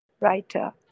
writer